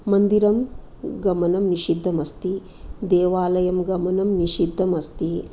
मन्दिरं गमनं निषिद्धमस्ति देवालयं गमनं निषिद्धमस्ति